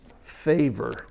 favor